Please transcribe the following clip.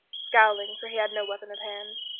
scowling, for he had no weapon at hand.